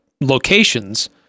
locations